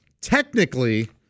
technically